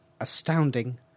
astounding